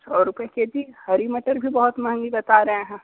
सौ रुपये के जी हरी मटर भी बहुत महंगी बता रहे हैं